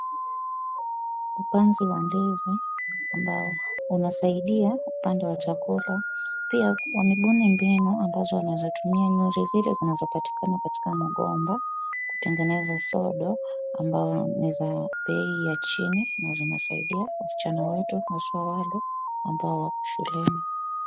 Upanzi wa ndizi ambao unasaidia upande wa chakula, pia wamebuni mbinu ambazo wanaweza tumia nyuzi zile zinazopatikana katika mgomba ,kutengeneza sodo ,ambao ni za bei ya chini na zinasaidia wasichana wetu haswa wale wale ambao wako shuleni.